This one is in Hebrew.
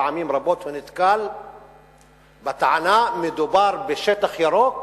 פעמים רבות הוא נתקל בטענה: מדובר בשטח ירוק